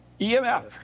EMF